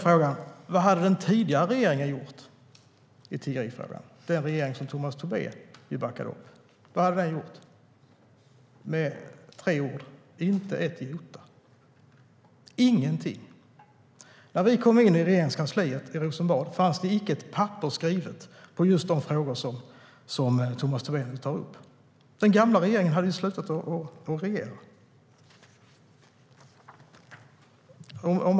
Frågan är vad den tidigare regeringen hade gjort i tiggerifrågan, alltså den regering Tomas Tobé backade upp. Vad hade den gjort under tre år? Inte ett jota. Ingenting! När vi kom in i Regeringskansliet i Rosenbad fanns det icke ett papper skrivet om just de frågor som Tomas Tobé nu tar upp. Den tidigare regeringen hade slutat regera.